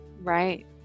Right